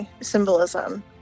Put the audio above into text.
symbolism